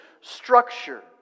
structure